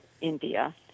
India